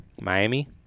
Miami